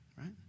Right